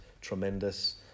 tremendous